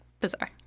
Bizarre